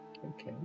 Okay